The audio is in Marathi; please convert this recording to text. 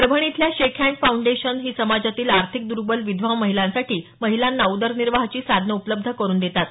परभणी येथील शेकहँड फाऊंडेशन ही समाजातील आर्थिक दुर्बल विधवा महिलांना उदरनिर्वाहाची साधन उपलब्ध करून देतात